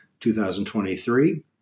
2023